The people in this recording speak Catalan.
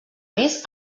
més